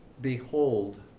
behold